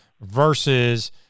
versus